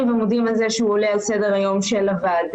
ומודים על זה שהוא עולה על סדר היום של הוועדה.